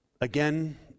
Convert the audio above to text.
Again